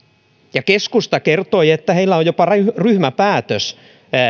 ja keskusta kertoi että heillä on jopa ryhmäpäätös